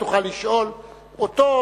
תוכל לשאול אותו,